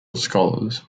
scholars